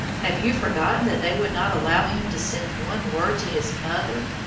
have you forgotten that they would not allow him to send one word to his mother,